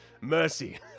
mercy